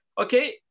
okay